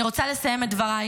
אני רוצה לסיים את דבריי